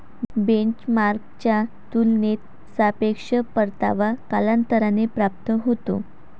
बेंचमार्कच्या तुलनेत सापेक्ष परतावा कालांतराने प्राप्त होतो